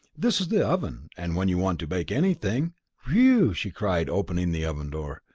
this is the oven, and when you want to bake anything phew! she cried, opening the oven door,